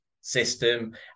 system